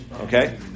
Okay